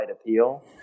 appeal